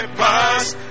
past